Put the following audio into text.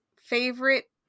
favorite